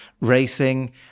racing